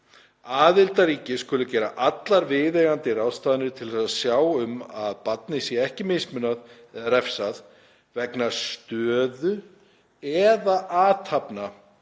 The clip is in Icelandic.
„Aðildarríki skulu gera allar viðeigandi ráðstafanir til að sjá um að barni sé ekki mismunað eða refsað vegna stöðu eða athafna